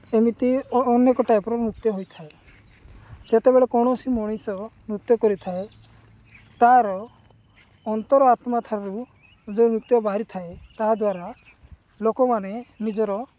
ଏମିତି ଅନେକ ଟାଇପ୍ର ନୃତ୍ୟ ହୋଇଥାଏ ଯେତେବେଳେ କୌଣସି ମଣିଷ ନୃତ୍ୟ କରିଥାଏ ତା'ର ଅନ୍ତର୍ଆତ୍ମାଠାରୁ ଯେଉଁ ନୃତ୍ୟ ବାହାରିଥାଏ ତାହା ଦ୍ୱାରା ଲୋକମାନେ ନିଜର